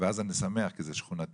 ואז אני שמח, כי זה שכונתי.